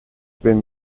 bym